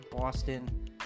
Boston